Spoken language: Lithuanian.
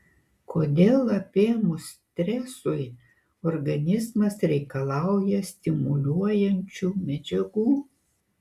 kodėl apėmus stresui organizmas reikalauja stimuliuojančių medžiagų